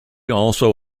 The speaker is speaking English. also